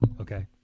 okay